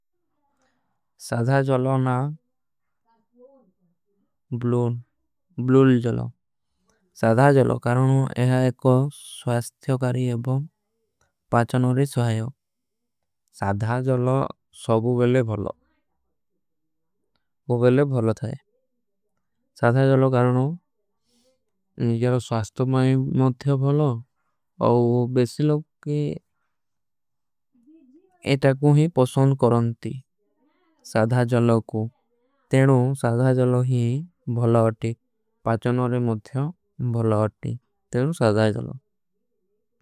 ସାଧା ଜଲୋ ନା ବ୍ଲୂଲ ଜଲୋ ସାଧା ଜଲୋ। କାରଣୋ ଏହା ଏକୋ ସ୍ଵାସ୍ଥ୍ଯୋ କାରୀ ଏବଂ ପାଚନୋରୀ ସ୍ଵାଯୋ। ସାଧା ଜଲୋ ସବ ଵେଲେ ଭଲୋ ଵେଲେ ଭଲୋ ଥାଏ ସାଧା ଜଲୋ। କାରଣୋ ଜିଝେରୋ ସ୍ଵାସ୍ଥ୍ଯୋ ମାଈ ମେଂ ଭଲୋ ସାଧା ଜଲୋ କାରଣୋ। ଏହା ଏକୋ ସ୍ଵାସ୍ଥ୍ଯୋ କାରୀ ଏବଂ ପାଚନୋରୀ। ସ୍ଵାଯୋ ସାଧା ଜଲୋ କାରଣୋ ଏହା ଏକୋ ସ୍ଵାସ୍ଥ୍ଯୋ ମୈଂ ଭଲୋ।